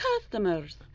customers